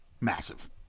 Massive